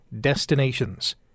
destinations